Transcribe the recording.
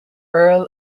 earl